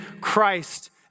Christ